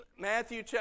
Matthew